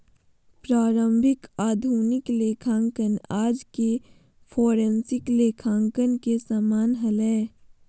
प्रारंभिक आधुनिक लेखांकन आज के फोरेंसिक लेखांकन के समान हलय